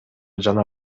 жана